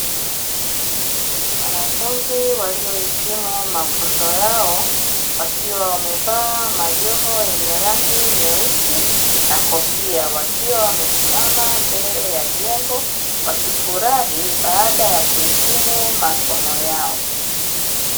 Wanafunzi waliyohitimu mafunzo yao wakiwa wamevaa majoho yenye rangi nyeusi na kofia wakiwa wamesimama mbele ya jengo, wakifurahi baada ya kuhitimu masomo yao.